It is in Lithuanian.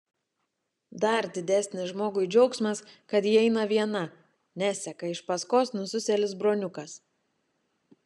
dar didesnis žmogui džiaugsmas kad ji eina viena neseka iš paskos nususėlis broniukas